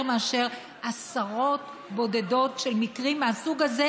מאשר עשרות בודדות של מקרים מהסוג הזה,